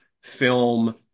film